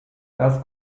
das